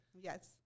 Yes